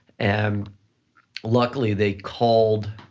and luckily they called